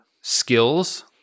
skills